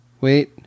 Wait